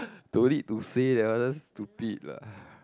don't need to say that one is stupid lah